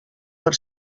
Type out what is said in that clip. per